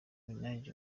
minaj